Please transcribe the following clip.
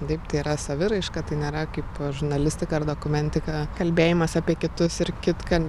taip tai yra saviraiška tai nėra kaip žurnalistika ar dokumentika kalbėjimas apie kitus ir kitką